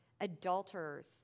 Adulterers